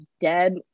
dead